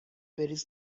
بریز